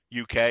UK